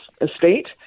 estate